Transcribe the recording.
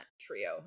trio